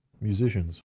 musicians